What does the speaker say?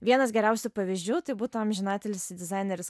vienas geriausių pavyzdžių tai būtų amžinatilsi dizaineris